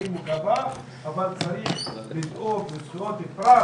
אבל צריך לדאוג לזכויות אזרח